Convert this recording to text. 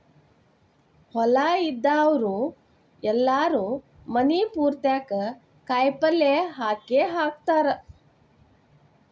ಹೊಲಾ ಇದ್ದಾವ್ರು ಎಲ್ಲಾರೂ ಮನಿ ಪುರ್ತೇಕ ಕಾಯಪಲ್ಯ ಹಾಕೇಹಾಕತಾರ